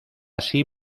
así